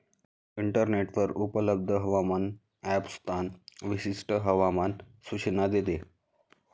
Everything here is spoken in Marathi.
इंटरनेटवर उपलब्ध हवामान ॲप स्थान विशिष्ट हवामान सूचना देते